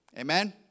Amen